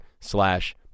slash